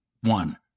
One